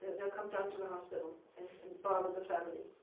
they'll come down to the hospital and and but the family.